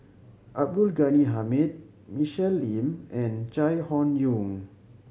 Abdul Ghani Hamid Michelle Lim and Chai Hon Yoong